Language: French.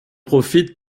profite